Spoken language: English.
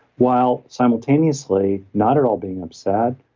while simultaneously not at all being upset,